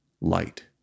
light